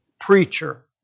preacher